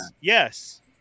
Yes